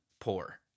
poor